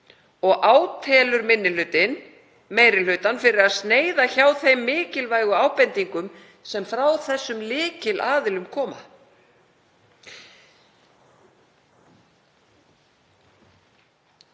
og átelur minni hlutinn meiri hlutann fyrir að sneiða hjá þeim mikilvægu ábendingum sem frá þessum lykilaðilum komu.